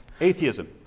Atheism